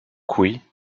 qui